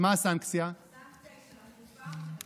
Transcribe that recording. הסנקציה היא מינהלית.